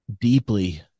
deeply